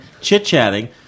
chit-chatting